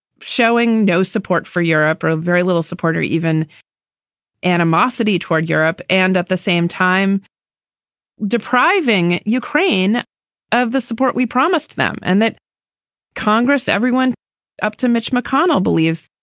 showing no support for europe or ah very little support or even animosity toward europe. and at the same time depriving ukraine of the support we promised them and that congress everyone up to mitch mcconnell believes